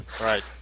right